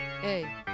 Hey